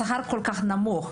השכר כל כך נמוך.